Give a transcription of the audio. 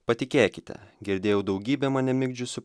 patikėkite girdėjau daugybę mane migdžiusių